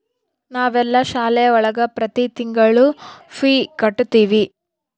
ನಾವೆಲ್ಲ ಶಾಲೆ ಒಳಗ ಪ್ರತಿ ತಿಂಗಳು ಫೀ ಕಟ್ಟುತಿವಿ